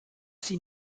sie